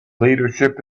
leadership